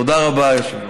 תודה רבה, היושב-ראש.